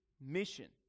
mission